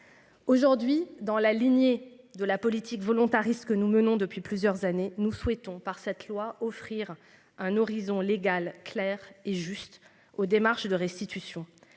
Aujourd'hui, dans la lignée de la politique volontariste que nous menons depuis plusieurs années nous souhaitons par cette loi offrir un horizon légales, claires et juste aux démarches de restitution